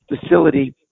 facility